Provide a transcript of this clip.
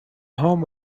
home